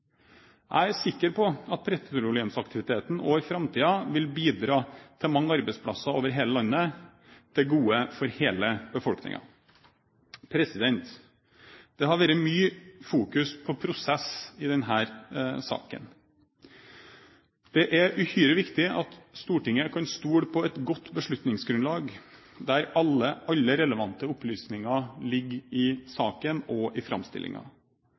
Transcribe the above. Jeg er sikker på at petroleumsaktiviteten også i framtiden vil bidra til mange arbeidsplasser over hele landet, til beste for hele befolkningen. Det har vært mye fokus på prosess i denne saken. Det er uhyre viktig at Stortinget kan stole på et godt beslutningsgrunnlag der alle relevante opplysninger ligger i saken og i